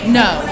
no